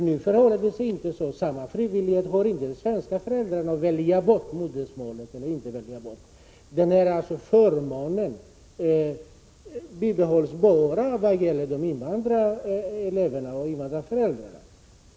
Nu har inte de svenska föräldrarna samma frihet att välja bort modersmålet. Den här förmånen bibehålls bara när det gäller invandrareleverna och invandrarföräldrarna.